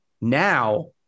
now